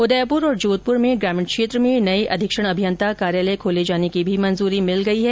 उदयपुर और जोधपुर में ग्रामीण क्षेत्र में नये अधीक्षण अभियंता कार्यालय खोले जाने की भी मंजूरी मिल गई है